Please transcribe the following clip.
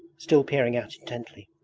still peering out intently.